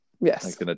Yes